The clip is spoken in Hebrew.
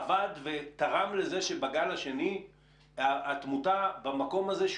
שזה עבד ותרם לזה שבגל השני התמותה במקום הזה,